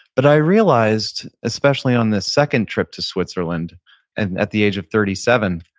but i realized, especially on this second trip to switzerland and at the age of thirty seven,